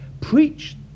preach